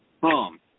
Boom